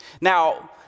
now